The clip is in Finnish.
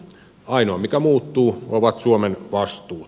ainoa mikä muuttuu ovat suomen vastuut